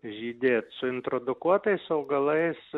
žydėt su introdukuotais augalais